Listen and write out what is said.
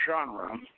genre